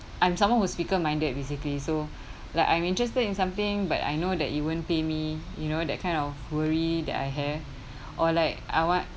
I'm someone who's fickle minded basically so like I'm interested in something but I know that it won't pay me you know that kind of worry that I have or like uh what